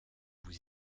vous